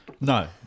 No